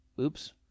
Oops